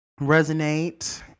resonate